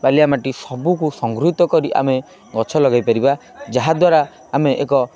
ବାଲିଆ ମାଟି ସବୁକୁ ସଂଗୃହୀତ କରି ଆମେ ଗଛ ଲଗେଇ ପାରିବା ଯାହାଦ୍ୱାରା ଆମେ ଏକ